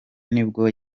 nibwo